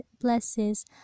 blesses